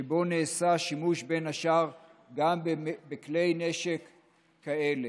שבו נעשה שימוש בין השאר בכלי נשק כאלה.